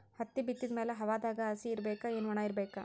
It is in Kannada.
ಹತ್ತಿ ಬಿತ್ತದ ಮ್ಯಾಲ ಹವಾದಾಗ ಹಸಿ ಇರಬೇಕಾ, ಏನ್ ಒಣಇರಬೇಕ?